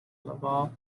laval